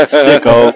sicko